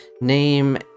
name